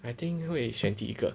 I think 会选第一个